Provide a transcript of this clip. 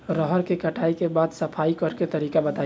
रहर के कटाई के बाद सफाई करेके तरीका बताइ?